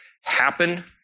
happen